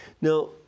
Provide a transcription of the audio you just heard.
Now